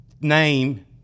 name